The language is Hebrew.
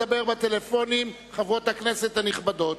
חברות הכנסת הנכבדות,